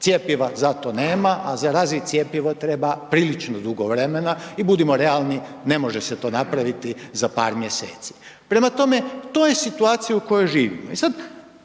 cjepiva za to nema, a zarazi cjepivo treba prilično dugo vremena i budimo realni ne može se to napraviti za par mjeseci. Prema tome, to je situacija u kojoj živimo. I sad